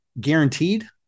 guaranteed